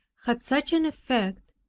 had such an effect,